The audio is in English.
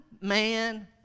man